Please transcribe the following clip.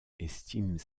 estiment